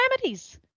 remedies